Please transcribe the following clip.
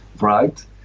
right